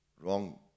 Wrong